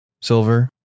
silver